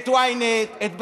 את ynet, את אל-ג'זירה.